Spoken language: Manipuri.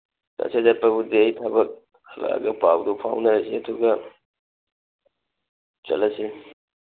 ꯆꯠꯁꯦ ꯂꯦꯞꯄꯕꯨꯗꯤ ꯑꯩ ꯊꯕꯛ ꯍꯜꯂꯛꯑꯒ ꯄꯥꯎꯗꯨ ꯐꯥꯎꯅꯔꯁꯤ ꯑꯗꯨꯒ ꯆꯠꯂꯁꯤ